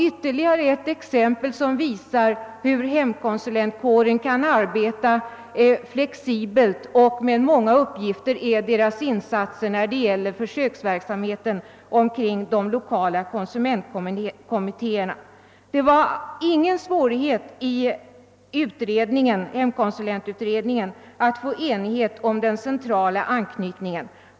Ytterligare ett exempel som visar hur hemkonsulentkåren kan arbeta flexibelt och med många uppgifter är dess insatser när det gäller försöksverksamheten kring de lokala konsumentkommittéerna. Det var ingen svårighet att nå enighet i hemkonsulentutredningen om den centrala anknytningen.